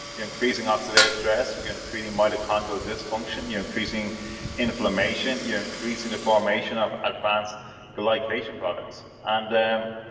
increasing oxidated stress, you're increasing mitochondrial dysfunction, you're increasing inflammation you're increasing the formation of advanced glycation products and um